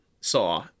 saw